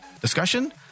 Discussion